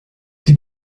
die